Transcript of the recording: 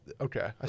okay